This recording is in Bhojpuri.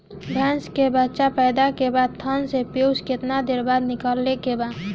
भैंस के बच्चा पैदा के बाद थन से पियूष कितना देर बाद निकले के बा?